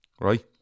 right